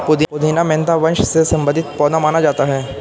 पुदीना मेंथा वंश से संबंधित पौधा माना जाता है